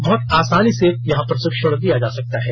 बहत आसानी से प्रशिक्षण दिया जा सकता है